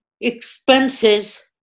expenses